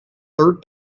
third